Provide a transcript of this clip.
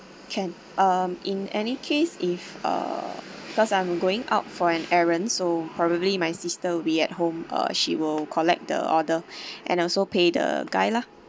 can um in any case if uh because I'm going out for an errand so probably my sister will be at home uh she will collect the order and also pay the guy lah